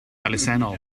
elusennol